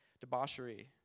debauchery